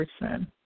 person